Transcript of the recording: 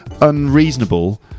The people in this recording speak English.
unreasonable